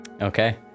Okay